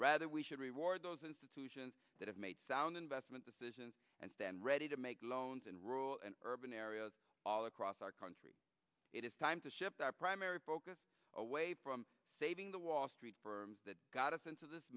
rather we should reward those institutions that have made sound investment decisions and stand ready to make loans in rural and urban areas all across our country it is time to shift our primary focus away from saving the wall street firms that got us into this